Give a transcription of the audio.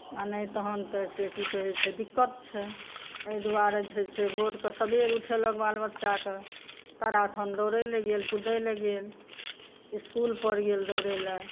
आ नहि तहन तऽ दिक्कत छै एहि दुआरे जे छै भोरकऽ सवेरकऽ उठेलक बाल बच्चाके मैराथन दौड़ै लए गेल कुदै लए गेल इसकुल पर गेल दौड़ैलए